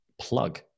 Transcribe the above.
plug